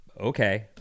Okay